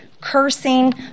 cursing